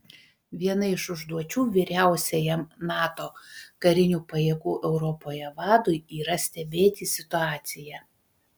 viena iš užduočių vyriausiajam nato karinių pajėgų europoje vadui yra stebėti situaciją